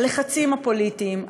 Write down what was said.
הלחצים הפוליטיים,